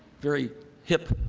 very hip,